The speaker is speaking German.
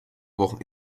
wochen